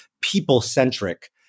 people-centric